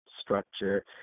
structure